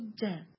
death